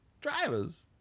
Drivers